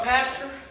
Pastor